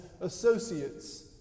associates